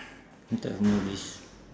what type of movies